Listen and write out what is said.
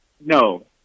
no